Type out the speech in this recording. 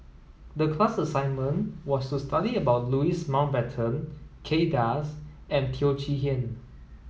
the class assignment was to study about Louis Mountbatten Kay Das and Teo Chee Hean